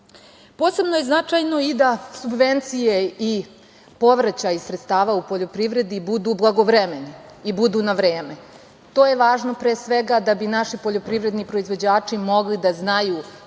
je značajno i da subvencije i povraćaj sredstava u poljoprivredi budu blagovremeni i budu na vreme. To je važno pre svega da bi naši poljoprivredni proizvođači mogli da znaju